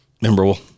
Memorable